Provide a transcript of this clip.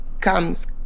comes